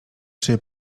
czy